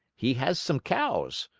he has some cows.